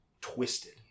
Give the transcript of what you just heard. twisted